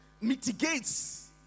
mitigates